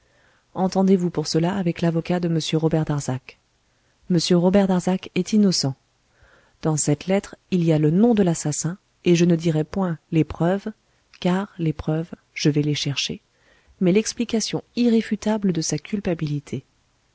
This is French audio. entendez-vous pour cela avec l'avocat de m robert darzac m robert darzac est innocent dans cette lettre il y a le nom de l'assassin et je ne dirai point les preuves car les preuves je vais les chercher mais l explication irréfutable de sa culpabilité